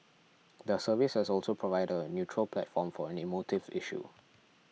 the service has also provided a neutral platform for an emotive issue